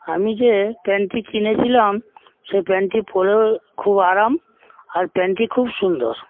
আমি যে প্যান্টটি কিনেছিলাম সেই প্যান্টটি পড়েও খুব আরাম আর প্যান্টটি খুব সুন্দর